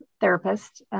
therapist